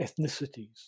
ethnicities